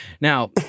Now